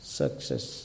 success